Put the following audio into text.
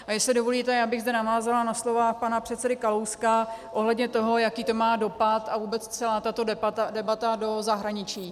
A jestli dovolíte, já bych zde navázala na slova pana předsedy Kalouska ohledně toho, jaký to má dopad, a vůbec celá tato debata, do zahraničí.